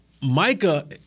Micah